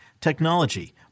technology